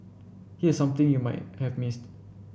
here's something you might have missed